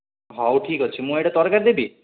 ହଉ ଠିକ ଅଛି ମୁଁ ଏଇଟା ତରକାରୀ ଦେବି